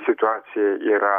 situacijoj yra